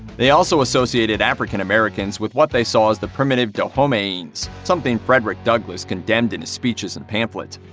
they also associated african americans with what they saw as the primitive dahomeans something frederick douglass condemned in his speeches and pamphlet.